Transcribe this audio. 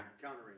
Countering